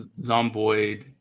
zomboid